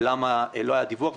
ולמה לא היה דיווח?